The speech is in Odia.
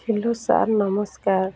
ହ୍ୟାଲୋ ସାର୍ ନମସ୍କାର